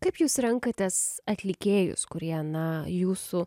kaip jūs renkatės atlikėjus kurie na jūsų